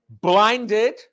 Blinded